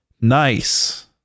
nice